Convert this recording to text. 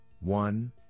one